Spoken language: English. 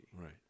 right